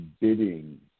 bidding